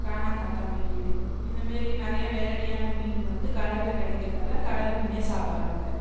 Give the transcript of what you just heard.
கானாங்கத்தா மீன் இந்தமாரி நிறைய வெரைட்டியான மீனுங்க வந்து கடலில் கிடைக்கிறதால கடலில் மீனே சாப்படுறாங்க